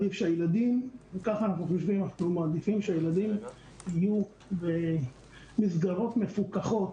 אנחנו מעדיפים שהילדים יהיו במסגרות מפוקחות